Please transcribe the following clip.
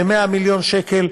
זה 100 מיליון שקל,